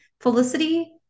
Felicity